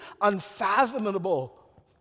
unfathomable